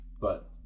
but-